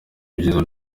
ibyiza